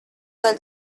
del